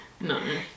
No